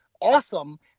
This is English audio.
awesome